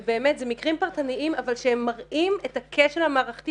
ובאמת זה מקרים פרטניים אבל שמראים את הכשל המערכתי